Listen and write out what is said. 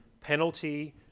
penalty